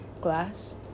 glass